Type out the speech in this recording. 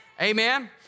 Amen